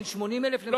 בין 80,000 ל-220,000.